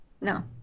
No